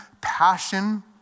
passion